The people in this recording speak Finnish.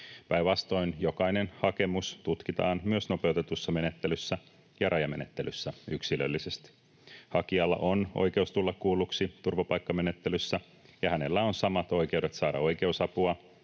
Päinvastoin, jokainen hakemus tutkitaan myös nopeutetussa menettelyssä ja rajamenettelyssä yksilöllisesti. Hakijalla on oikeus tulla kuulluksi turvapaikkamenettelyssä, ja hänellä on samat oikeudet saada oikeusapua